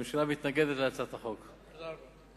הממשלה מתנגדת להצעת החוק, תודה רבה.